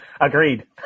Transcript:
Agreed